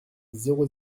zéro